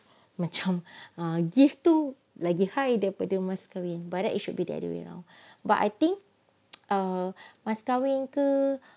macam ah gift tu lebih high daripada mas kahwin but right it should be another way but I think err mas kahwin ke